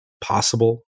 possible